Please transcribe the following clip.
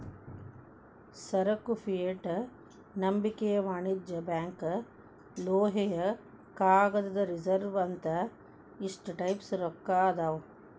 ಸರಕು ಫಿಯೆಟ್ ನಂಬಿಕೆಯ ವಾಣಿಜ್ಯ ಬ್ಯಾಂಕ್ ಲೋಹೇಯ ಕಾಗದದ ರಿಸರ್ವ್ ಅಂತ ಇಷ್ಟ ಟೈಪ್ಸ್ ರೊಕ್ಕಾ ಅದಾವ್